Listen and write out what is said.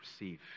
receive